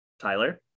Tyler